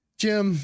jim